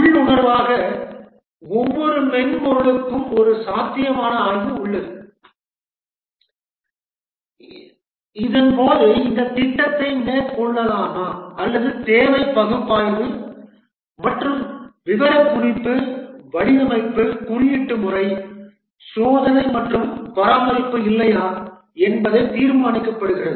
உள்ளுணர்வாக ஒவ்வொரு மென்பொருளுக்கும் ஒரு சாத்தியமான ஆய்வு உள்ளது இதன் போது இந்த திட்டத்தை மேற்கொள்ளலாமா அல்லது தேவை பகுப்பாய்வு மற்றும் விவரக்குறிப்பு வடிவமைப்பு குறியீட்டு முறை சோதனை மற்றும் பராமரிப்பு இல்லையா என்பதை தீர்மானிக்கப்படுகிறது